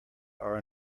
are